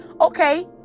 okay